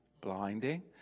blinding